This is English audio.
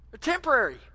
Temporary